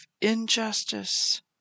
injustice